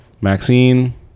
Maxine